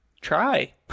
Try